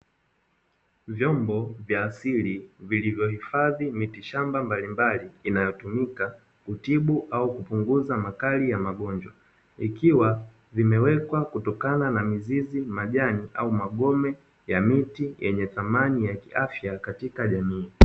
Vyombo vya asili vilivyohifadhi mitishamba mbalimbali inayotumika kutibu au kupunguza makali ya magonjwa. Ikiwa vimewekwa kutokana na mizizi, majani au magome ya miti yenye thamani ya kiafya katika jamii.